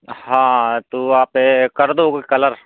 हाँ तो आप कर दोगे कलर